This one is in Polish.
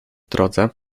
drodze